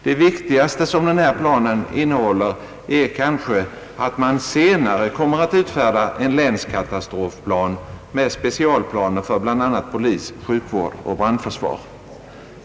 Det viktigaste som denna plan innehåller är kanske att det senare kommer att utfärdas en länskatastrofplan med specialplaner för bl.a. polisverksamhet, sjukvård och brandförsvar.